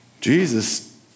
Jesus